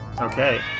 Okay